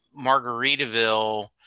Margaritaville